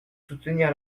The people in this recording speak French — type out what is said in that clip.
soutenir